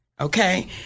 Okay